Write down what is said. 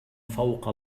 فوق